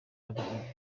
ari